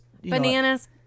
Bananas